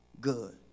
good